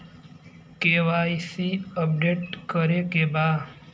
KYC update करे के बा?